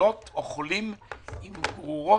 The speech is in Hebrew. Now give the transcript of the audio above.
חולות או חולים עם גרורות,